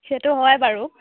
সেইটো হয় বাৰু